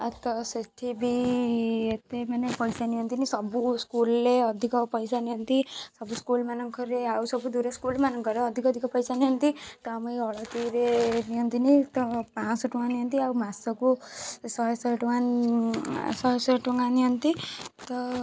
ଆଉ ତ ସେଇଠି ବି ଏତେ ମାନେ ପଇସା ନିଅନ୍ତିନି ସବୁ ସ୍କୁଲରେ ଅଧିକ ପଇସା ନିଅନ୍ତି ସବୁ ସ୍କୁଲ ମାନଙ୍କରେ ଆଉ ସବୁ ଦୂର ସ୍କୁଲ ମାନଙ୍କରେ ଅଧିକ ଅଧିକ ପଇସା ନିଅନ୍ତି ତ ଆମ ଅଲତିରେ ନିଅନ୍ତିନି ତ ପାଞ୍ଚଶହ ଟଙ୍କା ନିଅନ୍ତି ଆଉ ମାସକୁ ଶହେ ଶହେ ଟଙ୍କା ଶହେ ଶହେ ଟଙ୍କା ନିଅନ୍ତି ତ